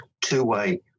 two-way